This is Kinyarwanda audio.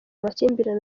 amakimbirane